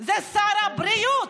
זה שר הבריאות.